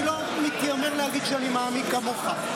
אני לא מתיימר להגיד שאני מעמיק כמוך,